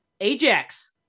ajax